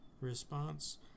Response